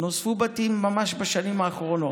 נוספו בתים ממש בשנים האחרונות.